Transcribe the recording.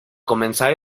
comenzar